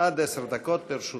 עד עשר דקות לרשותך.